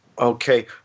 Okay